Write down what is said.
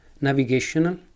navigational